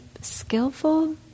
skillful